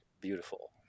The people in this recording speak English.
beautiful